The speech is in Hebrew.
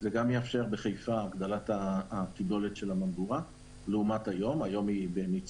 וגם יאפשר בחיפה הגדלת הקיבולת של הממגורה לעומת היום.